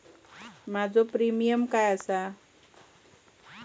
माझो प्रीमियम काय आसा?